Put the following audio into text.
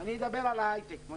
אני אדבר על ההייטק.